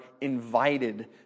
invited